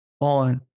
on